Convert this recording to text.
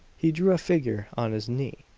he drew a figure on his knee,